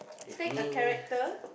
take a character